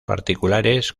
particulares